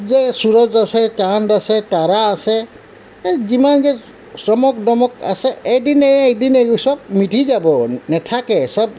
যে চুৰজ আছে চান্দ আছে তাৰা আছে সেই যিমান যি চমক দমক আছে এদিন নাই এদিন এইবোৰ চব মিতি যাব নাথাকে চব